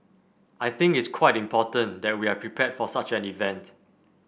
I think it's quite important that we are prepared for such an event